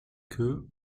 queue